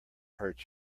hurt